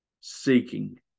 seeking